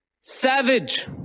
savage